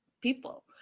people